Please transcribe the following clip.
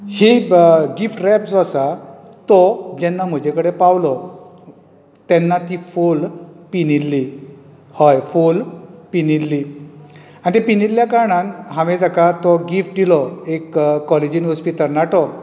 ही gift wrap जो आसा तो जेन्ना म्हजे कडेन पावलो तेन्ना ती फोल पिनिल्ली हय फोल पिनिल्ली आनी ती पिनिल्ले कारणान हांवें ताका तो गिफ्ट दिलो एक कॉलेजीन वचपी तरनाटो